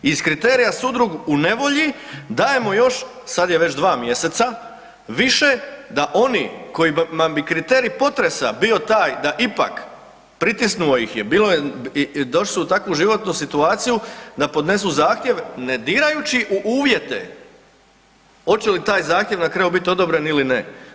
Iz kriterija sudrug u nevolji dajemo još sada je već dva mjeseca više da oni kojima bi kriterij potresa bio taj da ipak, pritisnuo ih je, došli su u takvu životnu situaciju da podnesu zahtjev ne dirajući u uvjete hoće li taj zahtjev na kraju biti odobren ili ne.